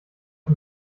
ich